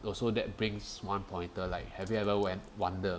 also that brings one pointer like have you ever went wonder